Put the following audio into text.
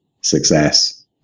success